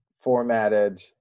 formatted